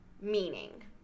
meaning